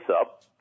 up